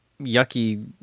yucky